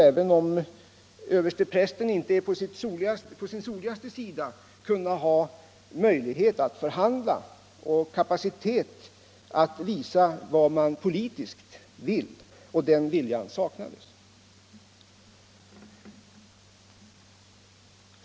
Även om översteprästen inte är på sitt soligaste humör måste ledamöterna ändå kunna ha möjlighet att förhandla och kapacitet att visa vad man politiskt vill. Men den viljan saknades.